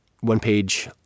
one-page